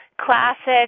classic